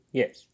Yes